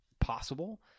possible